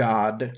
God